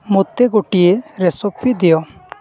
ମୋତେ ଗୋଟିଏ ରେସପି ଦିଅ